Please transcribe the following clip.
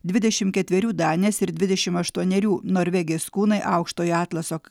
dvidešim ketverių danės ir dvidešim aštuonerių norvegės kūnai aukštojo atlaso